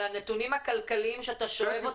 אבל הנתונים הכלכליים שאתה שואב,